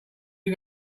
you